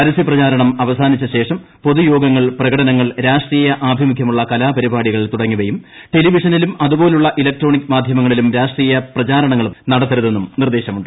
പരസ്യ പ്രചാരണം അവസാനിച്ച ശേഷം പൊതുയോഗങ്ങൾ പ്രകടനങ്ങൾ രാഷ്ട്രീയ ആഭിമുഖൃമുള്ള കലാപരിപാടികൾ തുടങ്ങിയവും ടെലിവിഷനിലും അതുപോലുള്ള ഇലക്ട്രോണിക് മാധൃമങ്ങളിലും രാഷ്ട്രീയ പ്രചാരണങ്ങളും നടത്തരുതെന്നും നിർദ്ദേശമുണ്ട്